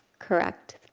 correct.